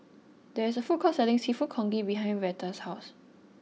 there is a food court selling Seafood Congee behind Rheta's house